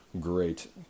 great